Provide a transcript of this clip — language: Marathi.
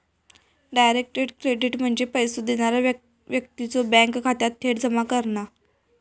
डायरेक्ट क्रेडिट म्हणजे पैसो देणारा व्यक्तीच्यो बँक खात्यात थेट जमा करणा